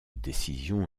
décision